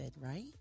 right